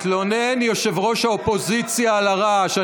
התלונן ראש האופוזיציה על הרעש,